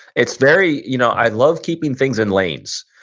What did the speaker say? it's very, you know i love keeping things in lanes,